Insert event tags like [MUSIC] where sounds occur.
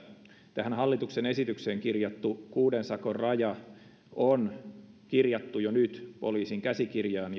tähän hallituksen esitykseen kirjattu kuuden sakon raja on kirjattu jo nyt poliisin käsikirjaan [UNINTELLIGIBLE]